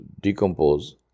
decompose